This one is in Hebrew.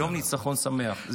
יום ניצחון שמח.